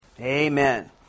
Amen